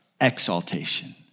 exaltation